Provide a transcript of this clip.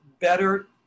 better